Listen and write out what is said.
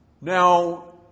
Now